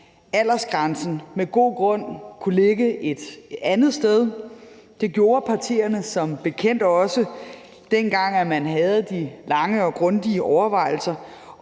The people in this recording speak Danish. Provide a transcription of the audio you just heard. aldersgrænsen med god grund kunne ligge et andet sted. Det gjorde partierne som bekendt også, dengang man havde de lange og grundige overvejelser,